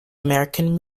american